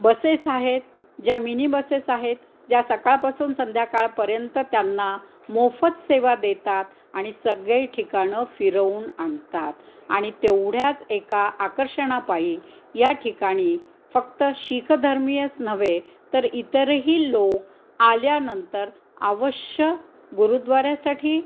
buses आहेत ज्या mini buses आहेत ज्या सकाळपासून संध्याकाळपर्यंत त्यांना मोफत सेवा देतात आणि सगळे ठिकाणं फिरवून आणतात आणि तेवढ्याच एका आकर्षणा पायी या ठिकाणी फक्त शीखधर्मीयच नव्हे तर इतरही लोक आल्यानंतर अवश्य गुरुद्वाऱ्यासाठी